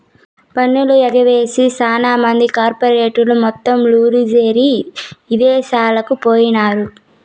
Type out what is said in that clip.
పన్ను ఎగవేసి సాన మంది కార్పెరేట్లు మొత్తం లూరీ జేసీ ఇదేశాలకు పోయినారు